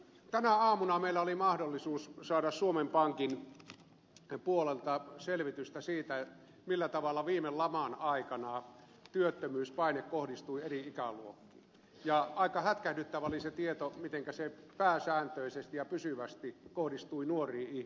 tänä aamuna meillä oli mahdollisuus saada suomen pankin puolelta selvitystä siitä millä tavalla viime laman aikana työttömyyspaine kohdistui eri ikäluokkiin ja aika hätkähdyttävä oli se tieto mitenkä se pääsääntöisesti ja pysyvästi kohdistui nuoriin ihmisiin